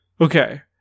Okay